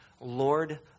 Lord